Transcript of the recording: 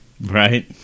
Right